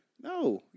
No